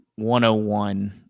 101